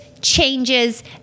changes